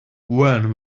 when